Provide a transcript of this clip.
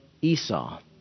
Esau